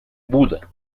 buda